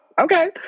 okay